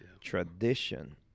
tradition